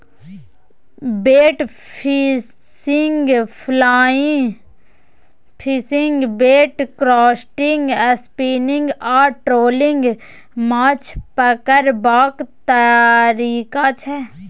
bait fishing, fly fishing, bait casting, spinning आ trolling माछ पकरबाक तरीका छै